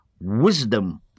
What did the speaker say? wisdom